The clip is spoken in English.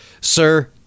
Sir